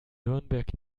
nürnberg